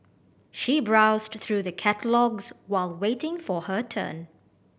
she browsed through the catalogues while waiting for her turn